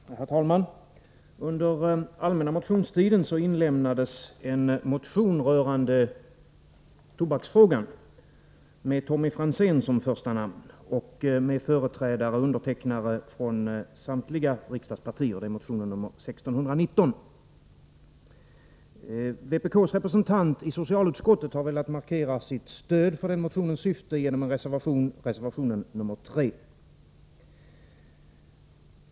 Herr talman! Under allmänna motionstiden i år inlämnades en motion rörande tobaksfrågan med Tommy Franzén som första namn och med undertecknare från samtliga riksdagspartier. Det är motion 1619. Vpk:s representant i socialutskottet har velat markera sitt stöd för motionens syfte genom en reservation, reservation 3.